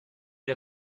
der